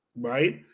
right